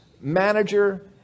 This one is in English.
manager